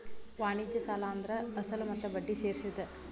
ವಾಣಿಜ್ಯ ಸಾಲ ಅಂದ್ರ ಅಸಲ ಮತ್ತ ಬಡ್ಡಿ ಸೇರ್ಸಿದ್